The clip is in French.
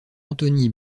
anthony